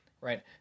right